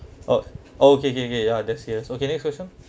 oh okay okay okay ya that's yes okay next question